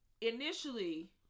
initially